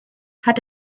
hat